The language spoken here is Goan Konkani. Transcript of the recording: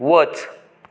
वच